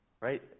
right